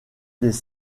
des